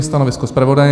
Stanovisko zpravodaje?